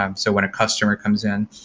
um so when a customer comes in,